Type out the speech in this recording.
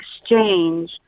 exchange